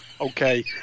Okay